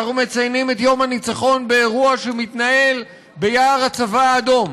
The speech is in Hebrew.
אנחנו מציינים את יום הניצחון באירוע שמתנהל ביער הצבא האדום,